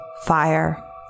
fire